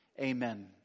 amen